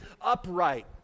upright